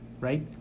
right